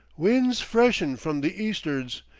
wind's freshenin' from the east'rds,